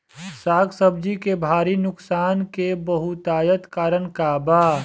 साग सब्जी के भारी नुकसान के बहुतायत कारण का बा?